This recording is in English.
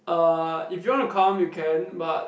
uh if you wanna to come you can but